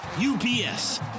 UPS